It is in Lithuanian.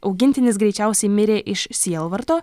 augintinis greičiausiai mirė iš sielvarto